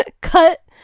cut